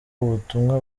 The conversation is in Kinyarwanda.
ubutumwa